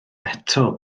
eto